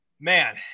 Man